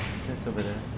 just over there